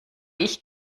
ich